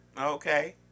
Okay